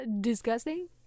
disgusting